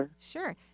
Sure